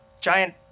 giant